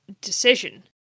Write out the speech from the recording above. decision